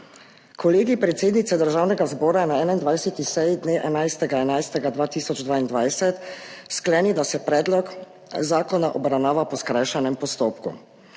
Kolegij predsednice Državnega zbora je na 21. seji dne 11. 11. 2022 sklenil, da se predlog zakona obravnava po skrajšanem postopku.